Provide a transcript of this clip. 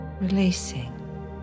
releasing